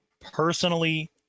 personally